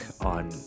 on